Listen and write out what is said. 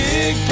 Big